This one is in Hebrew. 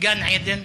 שבגן-עדן